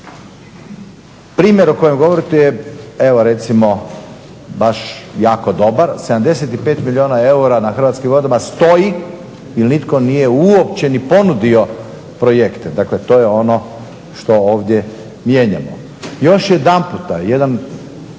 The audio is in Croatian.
Primjer o kojem govorite je evo recimo baš jako dobar, 75 milijuna eura na Hrvatskim vodama stoji jer nitko nije uopće ni ponudio projekte. Dakle to je ono što ovdje mijenjamo. Još jedanput, jedan